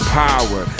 power